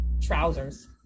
trousers